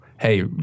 hey